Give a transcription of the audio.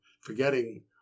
forgetting